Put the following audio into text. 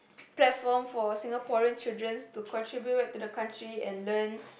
platform for Singaporean children to contribute to the country and learn